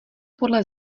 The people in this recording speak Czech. podle